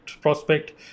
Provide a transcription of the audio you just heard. prospect